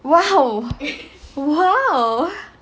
!wow! !wow!